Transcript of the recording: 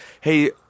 hey